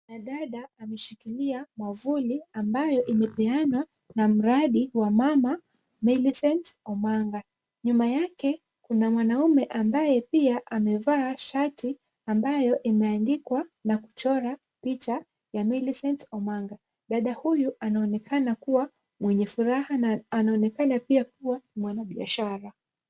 Mwanadada ameshikilia mwavuli ambayo imepeanwa na mradi wa mama Millicent Omanga. Nyuma yake kuna mwanaume ambaye pia amevaa shati ambayo imeandikwa na kuchora picha ya Millicent Omanga. Dada huyu anaonekana kuwa mwenye furaha na anaonekana pia kuwa mwanabiashara.